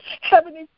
Heavenly